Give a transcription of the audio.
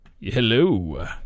Hello